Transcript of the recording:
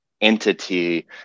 entity